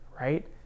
right